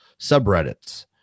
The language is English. subreddits